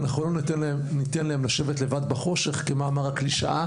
אנחנו לא ניתן להם לשבת לבד בחושך כמאמר הקלישאה